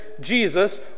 jesus